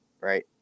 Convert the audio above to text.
right